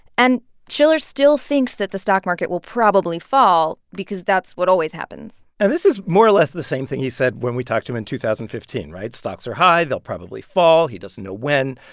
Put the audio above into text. and shiller still thinks that the stock market will probably fall because that's what always happens and this is more or less the same thing he said when we talked to him in two thousand and fifteen, right? stocks are high. they'll probably fall. he doesn't know when.